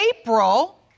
April